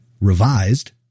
revised